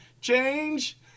Change